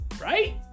Right